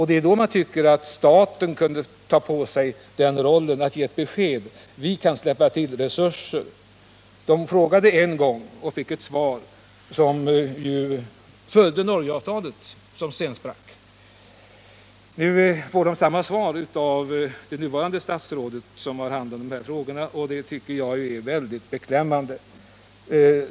Det är då man tycker att staten kunde ta på sig rollen att ge ett besked och säga att den är villig att släppa till resurser. Man frågade en gång och fick ett svar som födde Norgeavtalet som sedan sprack. Nu ger det statsråd som i dag har hand om frågorna samma svar, och det tycker jag är mycket beklämmande.